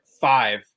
five